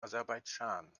aserbaidschan